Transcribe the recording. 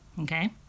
Okay